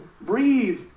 breathe